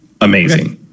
amazing